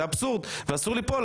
זה אבסורד ואסור ליפול